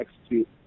execute